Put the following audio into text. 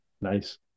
Nice